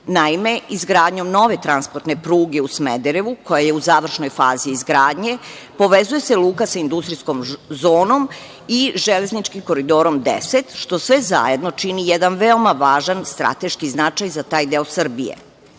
izgradnjom nove transportne pruge u Smederevu, koja je u završnoj fazi izgradnje, povezuje se luka sa industrijskom zonom i železničkim Koridorom 10, što sve zajedno čini jedan veoma važan strateški značaj za taj deo Srbije.